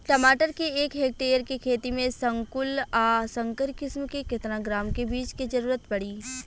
टमाटर के एक हेक्टेयर के खेती में संकुल आ संकर किश्म के केतना ग्राम के बीज के जरूरत पड़ी?